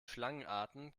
schlangenarten